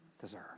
deserve